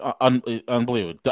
unbelievable